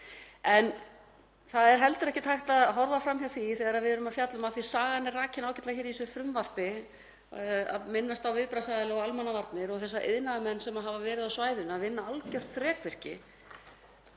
Það er heldur ekkert hægt að horfa fram hjá því þegar við erum að fjalla um þetta, af því að sagan er rakin ágætlega í þessu frumvarpi, að minnast á viðbragðsaðila og almannavarnir og þessa iðnaðarmenn sem hafa verið á svæðinu að vinna algert þrekvirki